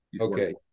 Okay